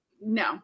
no